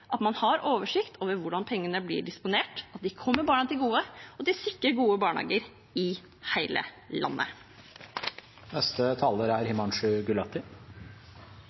at man har oversikt over hvordan pengene blir disponert, at de kommer barna til gode, og at de sikrer gode barnehager i hele